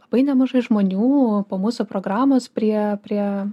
labai nemažai žmonių po mūsų programos prie prie